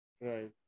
Right